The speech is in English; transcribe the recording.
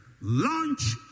launch